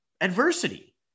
adversity